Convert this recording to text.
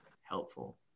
helpful